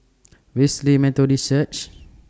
Wesley Methodist Church